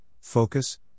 focus